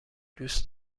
دوست